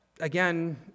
again